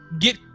get